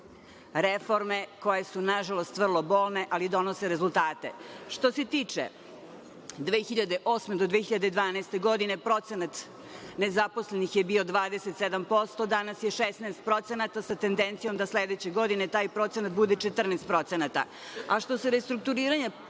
reforme koje su, nažalost, vrlo bolne, ali donose rezultate. Što se tiče 2008. do 2012. godine, procenat nezaposlenih je bio 27%, danas je 16%, sa tendencijom da sledeće godine taj procenat bude 14%.Što se restrukturiranja